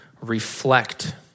reflect